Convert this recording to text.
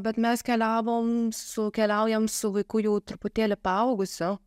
bet mes keliavom su keliaujam su vaiku jau truputėlį paaugusiu